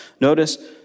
Notice